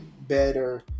Better